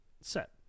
set